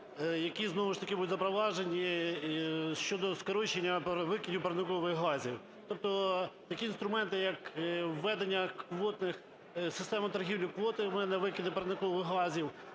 які знову ж таки будуть запроваджені щодо скорочення викидів парникових газів. Тобто такі інструменти, як введення квотних... систему торгівлі квотами на викиди парникових газів.